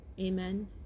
Amen